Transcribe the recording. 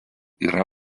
yra